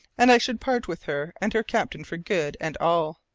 and i should part with her and her captain for good and all.